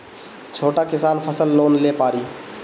छोटा किसान फसल लोन ले पारी?